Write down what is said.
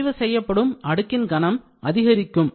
பதிவு செய்யப்படும் அடுக்கின் கனம் அதிகரிக்கும்